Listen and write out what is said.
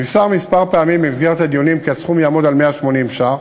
נמסר כמה פעמים כי הסכום יעמוד על 180 ש"ח,